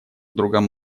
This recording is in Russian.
другом